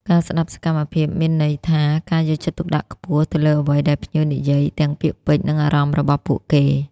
ការស្តាប់សកម្មមានន័យថាការយកចិត្តទុកដាក់ខ្ពស់ទៅលើអ្វីដែលភ្ញៀវនិយាយ ទាំងពាក្យពេចន៍ និងអារម្មណ៍របស់ពួកគេ។